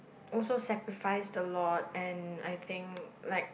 also sacrificed a lot and I think like